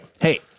Hey